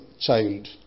child